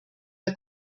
der